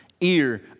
Ear